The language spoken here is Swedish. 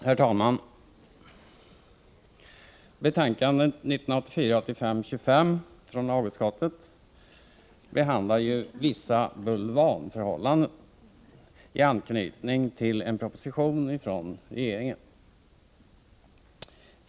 Herr talman! Betänkandet 1984/85:25 från lagutskottet behandlar vissa bulvanförhållanden, i anknytning till en proposition från regeringen.